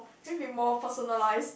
then we more personalize